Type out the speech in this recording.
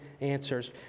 answers